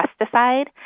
pesticide